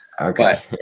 okay